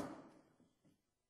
(הישיבה נפסקה בשעה